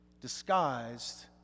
disguised